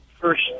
first